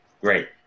Great